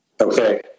Okay